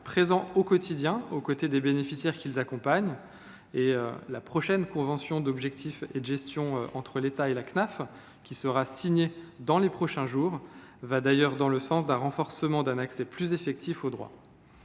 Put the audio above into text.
présents au quotidien aux côtés des bénéficiaires qu’ils accompagnent. La prochaine convention d’objectifs et de gestion (COG) entre l’État et la Cnaf, qui sera signée dans les prochains jours, va d’ailleurs dans le sens d’un accès encore plus effectif aux droits.